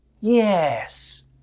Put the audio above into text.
Yes